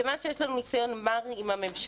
כיוון שיש לנו ניסיון מר עם הממשלה: